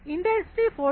industry four